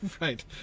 Right